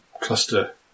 cluster